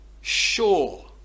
sure